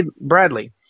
Bradley